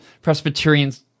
Presbyterians